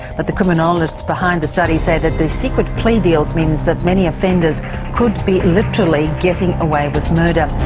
but the criminologists behind the study say that the secret plea deals means that many offenders could be literally getting away with murder.